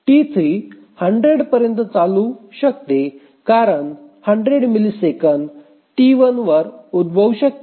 T3 100 पर्यंत चालू शकते कारण 100 मिलिसेकंद T1 वर उद्भवू शकते